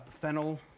fennel